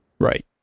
Right